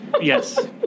Yes